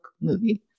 movie